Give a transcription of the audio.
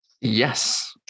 Yes